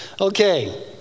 okay